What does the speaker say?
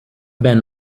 been